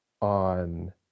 on